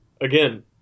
again